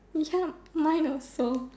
ya mine also